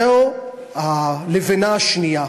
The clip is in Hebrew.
זו הלבנה השנייה: